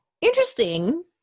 interesting